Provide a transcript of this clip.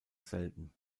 selten